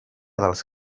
dels